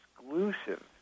exclusive